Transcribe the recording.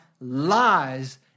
lies